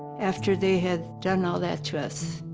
after they had done all that to us.